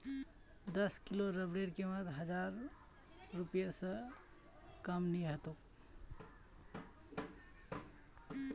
दस किलो रबरेर कीमत हजार रूपए स कम नी ह तोक